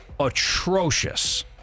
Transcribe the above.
atrocious